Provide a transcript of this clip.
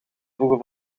voegen